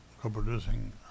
co-producing